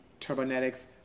TurboNetics